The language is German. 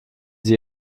sie